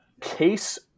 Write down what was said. Case